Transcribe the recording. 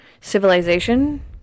civilization